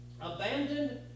Abandoned